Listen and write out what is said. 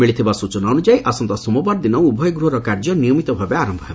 ମିଳିଥିବା ସ୍ଚଚନା ଅନୁଯାୟୀ ଆସନ୍ତା ସୋମବାରଦିନ ଉଭୟ ଗୃହର କାର୍ଯ୍ୟ ନିୟମିତଭାବେ ଆରମ୍ଭ ହେବ